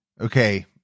okay